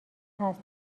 هست